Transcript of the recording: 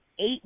eight